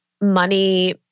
money